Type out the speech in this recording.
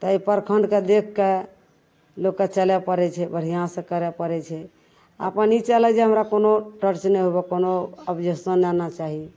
तेँ प्रखण्डके देखिके लोकके चलै पड़ै छै बढ़िआँसे करै पड़ै छै अपन ई चलै जे हमरा कोनो टर्च नहि हुए कोनो ऑब्जेक्शन नहि आना चाही